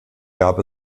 gab